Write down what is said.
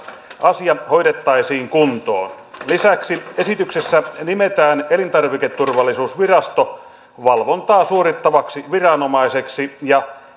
asia hoidettaisiin kuntoon lisäksi esityksessä nimetään elintarviketurvallisuusvirasto valvontaa suorittavaksi viranomaiseksi ja